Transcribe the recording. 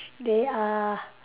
they are